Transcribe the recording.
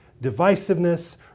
divisiveness